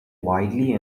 widely